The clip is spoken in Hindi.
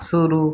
शुरू